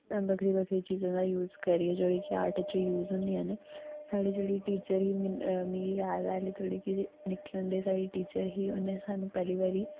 बक्खरी बक्खरी चीजें दा जूस करियै जेह्ड़ी कि आर्ट च जूस होंदियां नै जेह्की साढ़ी टीचर ही मिगी जाद ऐ हाल्ली तोड़ी कि निक्के होंदे टीचर साढ़ी ही उन्नै साह्नू पैह्ली बारी